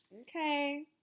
Okay